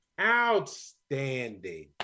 outstanding